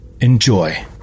enjoy